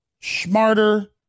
smarter